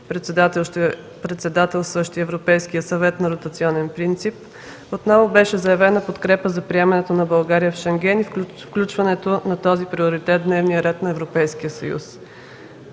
председателстващи Европейския съвет на ротационен принцип, отново беше заявена подкрепа за приемането на България в Шенген и включването на този приоритет в дневния ред на Европейския съюз.